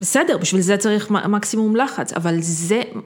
בסדר, בשביל זה צריך מ-מקסימום לחץ, אבל זה...